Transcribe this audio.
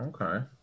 Okay